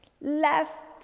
Left